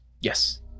Yes